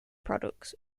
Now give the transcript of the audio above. products